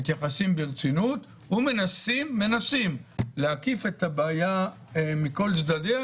מתייחסים ברצינות ומנסים להקיף את הבעיה מכל צדדיה,